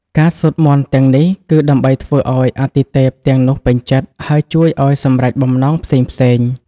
ការសូត្រមន្តទាំងនេះ គឺដើម្បីធ្វើឱ្យអាទិទេពទាំងនោះពេញចិត្ត ហើយជួយឱ្យសម្រេចបំណងផ្សេងៗ។